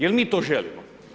Jer mi to želimo?